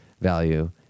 value